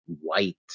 white